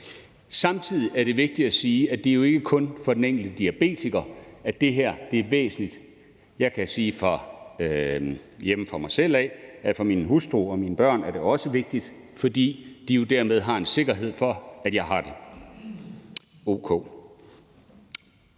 Samtidig er det vigtigt at sige, at det jo ikke kun er for den enkelte diabetiker, at det her er væsentligt. Jeg kan hjemme fra mig selv af sige, at for min hustru og mine børn er det også vigtigt, fordi de jo dermed har en sikkerhed for, at jeg har det